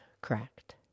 Correct